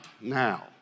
now